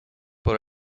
por